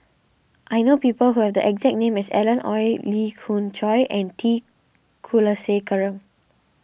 I know people who have the exact name as Alan Oei Lee Khoon Choy and T Kulasekaram